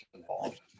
involved